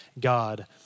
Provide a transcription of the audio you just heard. God